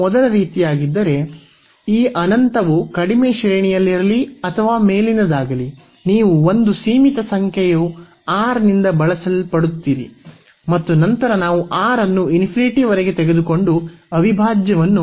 ಇದು ಮೊದಲ ರೀತಿಯದ್ದಾಗಿದ್ದರೆ ಈ ಅನಂತವು ಕಡಿಮೆ ಶ್ರೇಣಿಯಲ್ಲಿರಲಿ ಅಥವಾ ಮೇಲಿನದಾಗಲಿ ನೀವು ಒಂದು ಸೀಮಿತ ಸಂಖ್ಯೆಯ R ನಿಂದ ಬದಲಾಯಿಸಲ್ಪಡುತ್ತೀರಿ ಮತ್ತು ನಂತರ ನಾವು R ಅನ್ನು ವರೆಗೆ ತೆಗೆದುಕೊಂಡು ಅವಿಭಾಜ್ಯವನ್ನು ಮೌಲ್ಯಮಾಪನ ಮಾಡುತ್ತೇವೆ